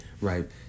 right